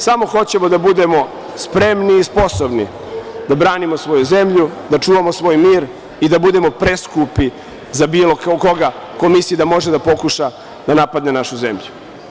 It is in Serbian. Samo hoćemo da budemo spremni i sposobni da branimo svoju zemlju, da čuvamo svoj mir i da budemo preskupi za bilo koga ko misli da može da pokuša da napadne našu zemlju.